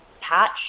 Patch